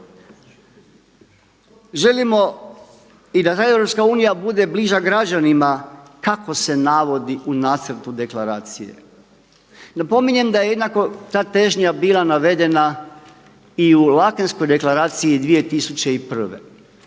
Želimo i da ta EU bude bliža građanima kako se navodi u nacrtu deklaracije. Napominjem da je jednako ta težnja bila navedena i u Leakenskoj deklaraciji 2001.